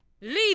Leave